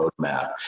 roadmap